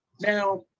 Now